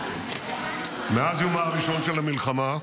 --- חברי הכנסת, חברי הכנסת, לא להפריע.